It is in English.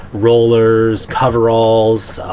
rollers, coveralls,